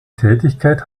tätigkeit